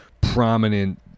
prominent